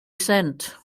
sent